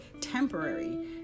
temporary